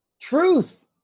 Truth